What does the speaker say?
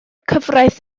cyfraith